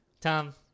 Tom